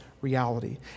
reality